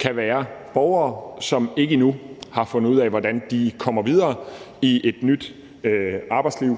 kan være borgere, som endnu ikke har fundet ud af, hvordan de kommer videre i et nyt arbejdsliv.